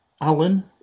Alan